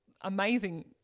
amazing